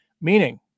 Meaning